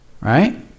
right